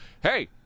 Hey